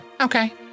Okay